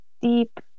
deep